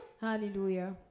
Hallelujah